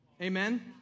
Amen